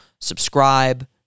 subscribe